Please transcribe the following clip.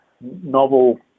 novel